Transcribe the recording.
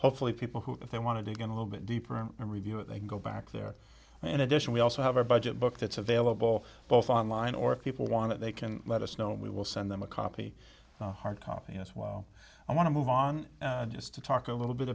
hopefully people who if they want to get a little bit deeper and review it they go back there in addition we also have a budget book that's available both online or if people want it they can let us know and we will send them a copy hard copy as well i want to move on just to talk a little bit